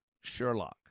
Sherlock